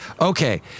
okay